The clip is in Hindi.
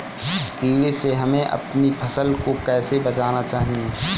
कीड़े से हमें अपनी फसल को कैसे बचाना चाहिए?